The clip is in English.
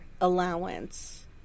allowance